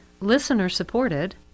listener-supported